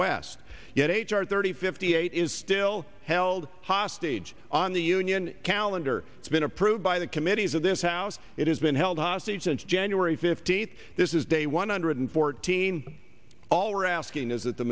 west yet h r thirty fifty eight is still held hostage on the union calendar it's been approved by the committees of this house it has been held hostage since january fifteenth this is day one hundred fourteen all raskin is that the